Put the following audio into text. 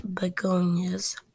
Begonias